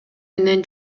менен